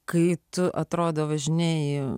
kai tu atrodo važinėji